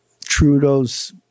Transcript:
trudeau's